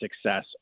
success